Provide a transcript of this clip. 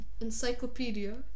Encyclopedia